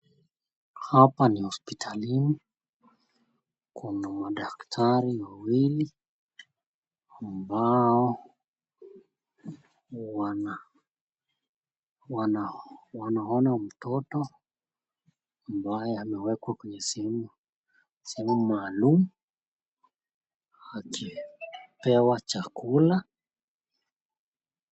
Hapa ni hospitalini. Kuna madaktari wawili ambao wanaona mtoto ambaye amewekwa kwenye sehemu maalum akipewa chakula.